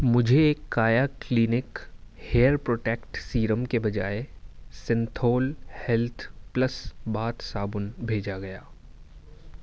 مجھے Kaya clinic hair protect serum کے بجائے سنتھول ہیلتھ پلس باتھ صابن بھیجا گیا